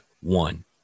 one